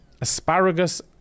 Asparagus